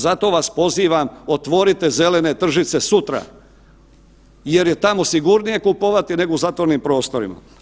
Zato vas pozivam, otvorite zelene tržnice sutra jer je tamo sigurnije kupovati nego u zatvorenim prostorima.